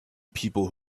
people